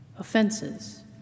offenses